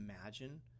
imagine